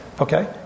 Okay